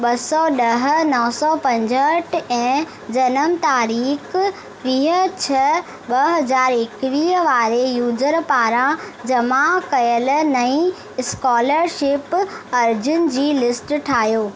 ॿ सौ ॾह नौ सौ पंजहठि ऐं जनम तारीख़ वीह छह ॿ हज़ार एकवीह वारे यूज़र पारां जमा कयल नईं स्कोलरशिप अर्ज़ियुनि जी लिस्ट ठाहियो